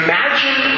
Imagine